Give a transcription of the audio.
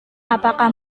apakah